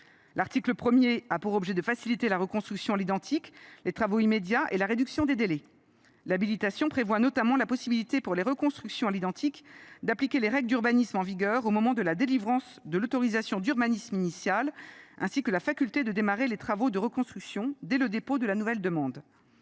L’article 1a pour objet de faciliter la reconstruction à l’identique, les travaux immédiats et la réduction des délais. L’habilitation prévoit notamment la possibilité pour les reconstructions à l’identique d’appliquer les règles d’urbanisme en vigueur au moment de la délivrance de l’autorisation d’urbanisme initiale, ainsi que la faculté de démarrer les travaux de reconstruction dès le dépôt de la nouvelle demande.